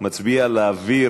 מצביע להעביר